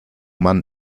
mann